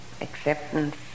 acceptance